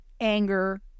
anger